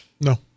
No